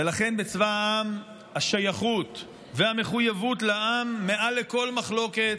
ולכן בצבא העם השייכות והמחויבות לעם הן מעל לכל מחלוקת.